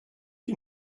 you